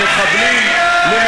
ראש הממשלה אמר את זה,